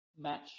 match